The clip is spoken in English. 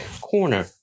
Corner